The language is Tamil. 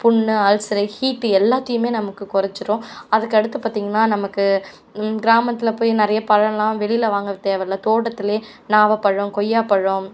புண் அல்சர் ஹீட் எல்லாத்தையுமே நமக்கு குறச்சிரும் அதுக்கடுத்து பார்த்தீங்கன்னா நமக்கு கிராமத்தில் போய் நிறைய பழம்லாம் வெளியில் வாங்கத் தேவையில்லை தோட்டத்தில் நாகப்பழம் கொய்யாப்பழம்